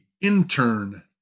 intern